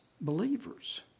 believers